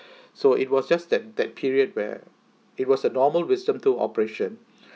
so it was just that that period where it was a normal wisdom tooth operation